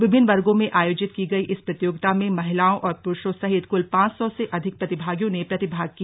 विभिन्न वर्गों में आयोजित की गयी इस प्रतियोगिता में महिलाओं और पुरुषों सहित कुल पांच सौ से अधिक प्रतिभागियों ने प्रतिभाग किया